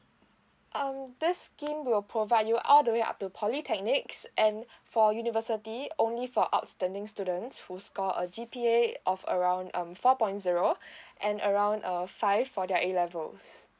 um this scheme will provide you all the way up to polytechnics and for university only for outstanding students who score a G_P_A of around um four point zero and around err five for their A levels